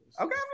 Okay